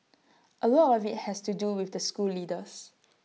A lot of IT has to do with the school leaders